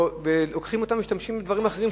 לוקחים אותו ומשתמשים לדברים אחרים,